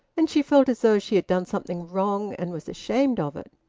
and she felt as though she had done something wrong and was ashamed of it.